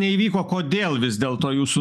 neįvyko kodėl vis dėlto jūsų